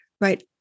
right